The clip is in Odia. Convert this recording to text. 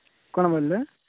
କ'ଣ ବୋଇଲେ